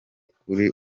kuri